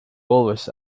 always